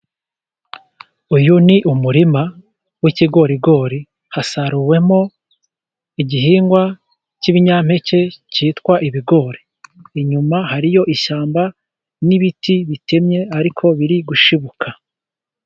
Uyu ni umurima w'ikigorigori, hasaruwemo igihingwa cy'ibinyampeke cyitwa ibigori. Inyuma hariyo ishyamba, n'ibiti bitemye ariko biri gushibuka.